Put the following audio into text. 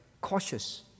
Cautious